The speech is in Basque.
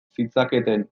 zitzaketen